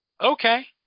Okay